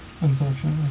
Unfortunately